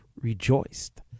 rejoiced